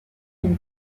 une